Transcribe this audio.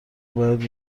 باید